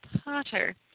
Potter